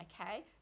okay